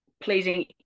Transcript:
pleasing